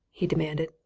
he demanded.